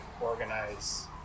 organize